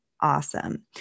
awesome